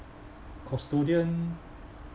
custodian